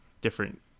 different